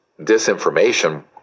disinformation